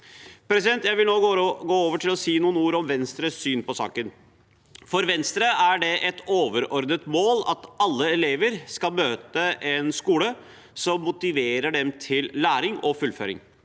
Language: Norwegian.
Venstre. Jeg vil nå gå over til å si noen ord om Venstres syn på saken. For Venstre er det et overordnet mål at alle elever skal møte en skole som motiverer dem til læring og fullføring.